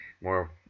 more